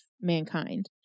mankind